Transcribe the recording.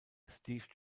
steve